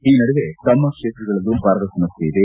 ಈ ನಡುವೆ ತಮ್ಮ ಕ್ಷೇತ್ರಗಳಲ್ಲೂ ಬರದ ಸಮಸ್ಕೆ ಇದೆ